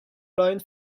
line